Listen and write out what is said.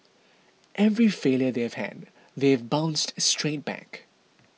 every failure they have had they have bounced straight back